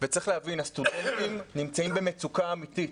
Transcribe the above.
צריך להבין, הסטודנטים נמצאים במצוקה אמיתית.